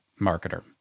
marketer